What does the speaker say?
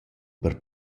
per